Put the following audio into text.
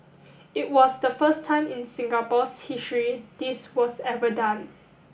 it was the first time in Singapore's history this was ever done